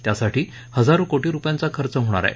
त्यासाठी हजारो कोटी रुपयांचा खर्च होणार आहे